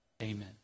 Amen